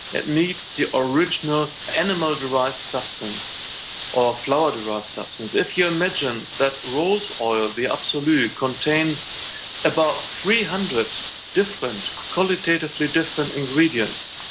it needs the original animal derived substance or flower derived substance. if you imagine that rose oil, the absolute, contains about three hundred qualitatively different ingredients,